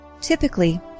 Typically